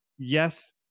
yes